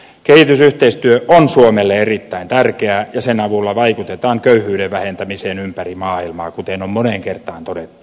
kehitysyhteistyö on suomelle erittäin tärkeää ja sen avulla vaikutetaan köyhyyden vähentämiseen ympäri maailmaa kuten on moneen kertaan todettu